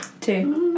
Two